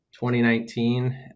2019